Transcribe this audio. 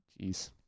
Jeez